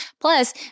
Plus